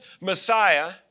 Messiah